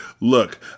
look